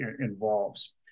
involves